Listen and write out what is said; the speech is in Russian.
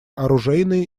оружейное